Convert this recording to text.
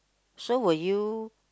so will you